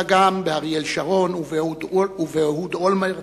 אלא גם באריאל שרון ובאהוד אולמרט,